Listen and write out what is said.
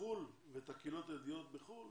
בחוץ לארץ ואת הקהילות היהודיות בחוץ לארץ,